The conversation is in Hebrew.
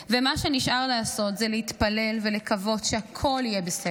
ומה שנשאר לעשות זה להתפלל ולקוות שהכול יהיה בסדר.